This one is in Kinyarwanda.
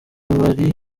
kabari